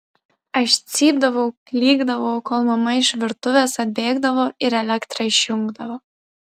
aš cypdavau klykdavau kol mama iš virtuvės atbėgdavo ir elektrą išjungdavo